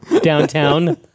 downtown